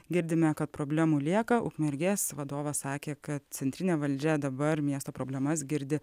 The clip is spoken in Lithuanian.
girdime kad problemų lieka ukmergės vadovas sakė kad centrinė valdžia dabar miesto problemas girdi